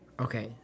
Okay